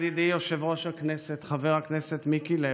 ידידי יושב-ראש הכנסת חבר הכנסת מיקי לוי,